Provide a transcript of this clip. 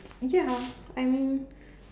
ya I mean